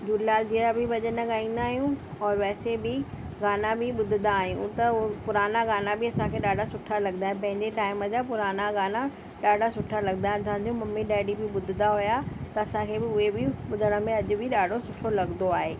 झूलेलाल जा बि भॼन गाईंदा आहियूं और वैसे बि गाना बि ॿुधदा आहियूं त हो पुराणी गाना बि असांखे ॾाढा सुठा लॻंदा आहिनि पंहिंजे टाइम जा पुराणा गाना ॾाढा सुठा लॻंदा आहिनि तव्हांजो मम्मी डैडी बि ॿुधदा हुया त असां उहे बि ॿुधण में अॼु बि ॾाढो सुठो लॻंदो आहे